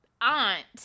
aunt